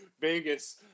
Vegas